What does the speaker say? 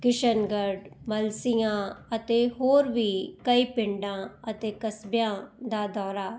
ਕਿਸ਼ਨਗੜ੍ਹ ਮਲਸੀਆਂ ਅਤੇ ਹੋਰ ਵੀ ਕਈ ਪਿੰਡਾਂ ਅਤੇ ਕਸਬਿਆਂ ਦਾ ਦੌਰਾ